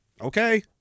Okay